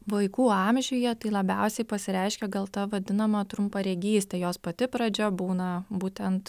vaikų amžiuje tai labiausiai pasireiškia gal ta vadinama trumparegystė jos pati pradžia būna būtent